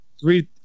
three